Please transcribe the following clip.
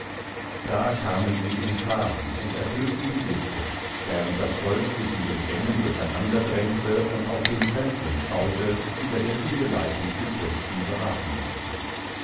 da kamen sie in scharen und erfüllten die sitze während das volk sich in den gängen durcheinander drängte und auf den fremdling schaute über dessen geleitung die fürsten beraten wollten